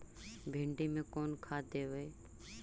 भिंडी में कोन खाद देबै?